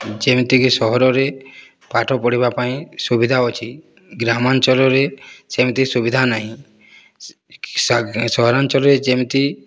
ଯେମିତିକି ସହରରେ ପାଠ ପଢ଼ିବା ପାଇଁ ସୁବିଧା ଅଛି ଗ୍ରାମାଞ୍ଚଳରେ ସେମିତି ସୁବିଧା ନାହିଁ ସହରାଞ୍ଚଳରେ ଯେମିତି